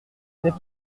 n’est